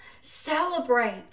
Celebrate